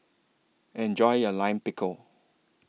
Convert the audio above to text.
Enjoy your Lime Pickle